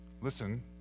listen